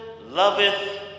loveth